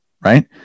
right